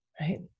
right